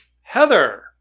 Heather